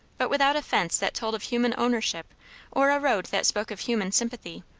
but without a fence that told of human ownership or a road that spoke of human sympathy.